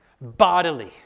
bodily